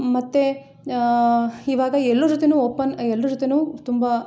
ಮತ್ತೆ ಇವಾಗ ಎಲ್ರ ಜೊತೆಗೂ ಓಪನ್ ಎಲ್ರ ಜೊತೆಗೂ ತುಂಬ